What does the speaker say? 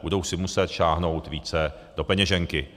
Budou si muset sáhnout více do peněženky.